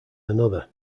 another